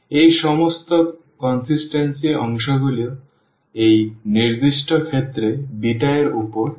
এই সমস্ত ধারাবাহিকতা অংশগুলি এই নির্দিষ্ট ক্ষেত্রে বিটা এর উপর নির্ভর করবে